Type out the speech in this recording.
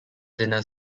dinner